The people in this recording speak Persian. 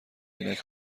عینک